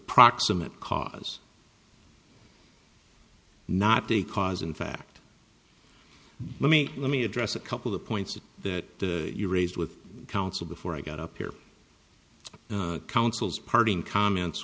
proximate cause not the cause in fact let me let me address a couple of points that you raised with counsel before i got up here counsel's parting comments